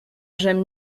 j’aime